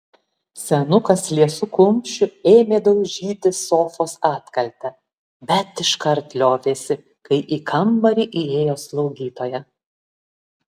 senukas liesu kumščiu ėmė daužyti sofos atkaltę bet iškart liovėsi kai į kambarį įėjo slaugytoja